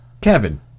kevin